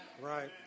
right